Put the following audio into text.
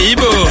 Ibo